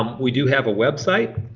um we do have a website.